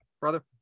Brother